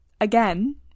Again